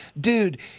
dude